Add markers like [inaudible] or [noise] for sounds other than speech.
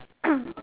[coughs]